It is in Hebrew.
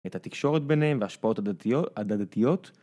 את התקשורת ביניהם והשפעות הדתיות